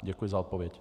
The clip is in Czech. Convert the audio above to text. Děkuji za odpověď.